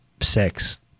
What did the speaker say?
six